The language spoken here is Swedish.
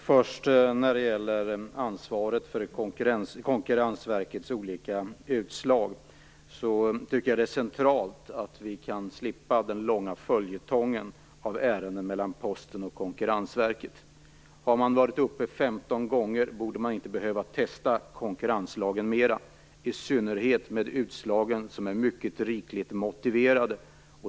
Fru talman! När det gäller ansvaret för Konkurrensverkets olika utslag tycker jag det är centralt att vi kan slippa den långa följetongen av ärenden mellan Posten och Konkurrensverket. Har man varit uppe 15 gånger borde man inte behöva testa konkurrenslagen mera, i synnerhet eftersom utslagen är mycket rikligt motiverade.